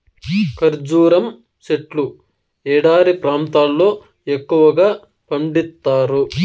ఖర్జూరం సెట్లు ఎడారి ప్రాంతాల్లో ఎక్కువగా పండిత్తారు